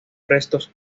restos